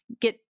get